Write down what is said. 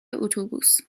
اتوبوس